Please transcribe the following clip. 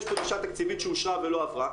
יש דרישה תקציבית שאושרה ולא עברה,